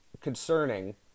concerning